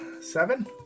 seven